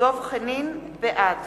בעד